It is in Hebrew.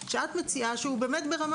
של הרופא המומחה הנדרשים לשם ביצוע